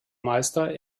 meister